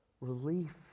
relief